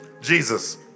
Jesus